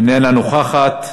איננה נוכחת,